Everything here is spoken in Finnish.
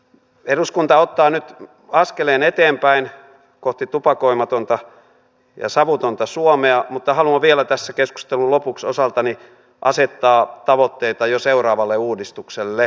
eduskunta ottaa nyt askeleen eteenpäin kohti tupakoimatonta ja savutonta suomea mutta haluan vielä tässä keskustelun lopuksi osaltani asettaa tavoitteita jo seuraavalle uudistukselle